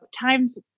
time's